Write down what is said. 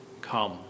Come